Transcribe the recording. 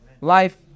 life